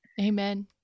Amen